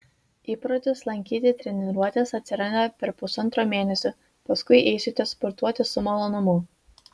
įprotis lankyti treniruotes atsiranda per pusantro mėnesio paskui eisite sportuoti su malonumu